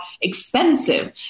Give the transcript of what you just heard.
expensive